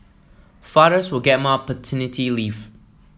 fathers will get more paternity leaves